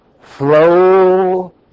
flow